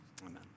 Amen